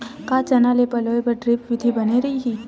का चना ल पलोय बर ड्रिप विधी बने रही?